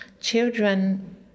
Children